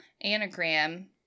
anagram